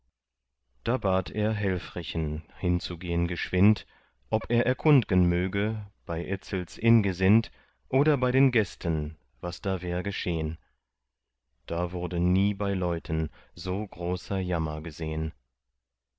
da bat er helfrichen hinzugehn geschwind ob er erkundgen möge bei etzels ingesind oder bei den gästen was da wär geschehn da wurde nie bei leuten so großer jammer gesehn